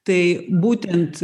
tai būtent